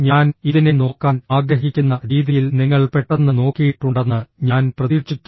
ഞാൻ ഇതിനെ നോക്കാൻ ആഗ്രഹിക്കുന്ന രീതിയിൽ നിങ്ങൾ പെട്ടെന്ന് നോക്കിയിട്ടുണ്ടെന്ന് ഞാൻ പ്രതീക്ഷിക്കുന്നു